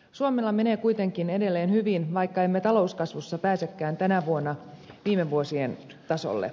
suomella menee kuitenkin edelleen hyvin vaikka emme talouskasvussa pääsekään tänä vuonna viime vuosien tasolle